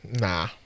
Nah